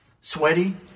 sweaty